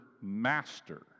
master